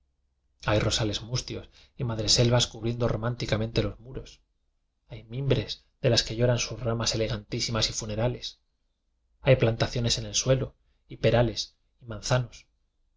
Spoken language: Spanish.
hay rosales mustios y madreselvas cu briendo románticamente los muros hay mimbres de las que lloran sus ramas ele gantísimas y funerales hay plantaciones en el suelo y perales y manzanos